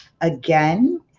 again